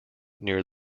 near